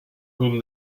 whom